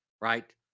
Right